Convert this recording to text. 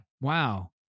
Wow